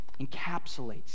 encapsulates